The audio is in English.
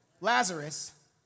Lazarus